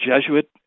Jesuit